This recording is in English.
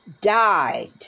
died